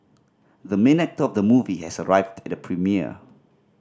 the main actor of the movie has arrived at the premiere